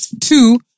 Two